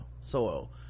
soil